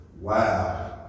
Wow